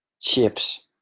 chips